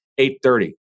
8.30